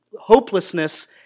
hopelessness